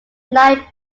nine